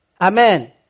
Amen